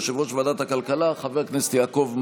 יושב-ראש ועדת הכלכלה חבר הכנסת יעקב מרגי.